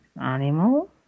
animal